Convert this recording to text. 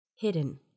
hidden